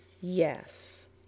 yes